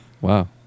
Wow